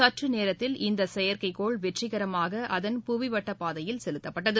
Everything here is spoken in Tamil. சற்றுநேரத்தில் இந்தசெயற்கைக்கோள் வெற்றிகரமாகஅதன் புவிவட்டப்பாதையில் செலுத்தப்பட்டது